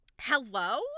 Hello